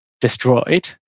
destroyed